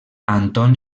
anton